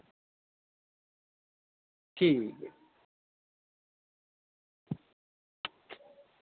ठीक